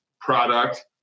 product